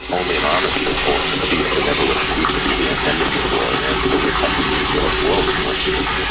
only an armistice holds the peace. there never was a peace treaty ending the war, and so we're technically still at war with north korea.